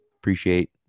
Appreciate